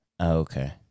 okay